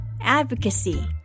advocacy